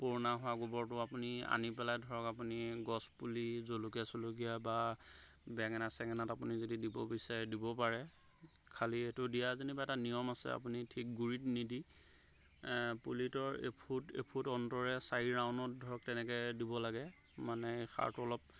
পুৰণা হোৱা গোবৰটো আপুনি আনি পেলাই ধৰক আপুনি গছ পুলি জলকীয়া চলকীয়া বা বেঙেনা চেঙেনাত আপুনি যদি দিব বিচাৰে দিব পাৰে খালি এইটো দিয়া যেনিবা এটা নিয়ম আছে আপুনি ঠিক গুড়িত নিদি পুলিটোৰ ফুট অন্তৰে চাৰি ৰাউণ্ড ধৰক তেনেকৈ দিব লাগে মানে সাৰটো অলপ